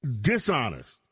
dishonest